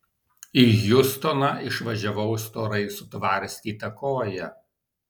į hjustoną išvažiavau storai sutvarstyta koja